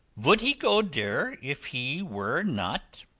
vould he go dere if he were not?